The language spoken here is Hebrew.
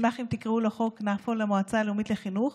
אשמח אם תקראו לו "חוק כנפו למועצה הלאומית לחינוך".